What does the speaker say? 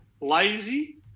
lazy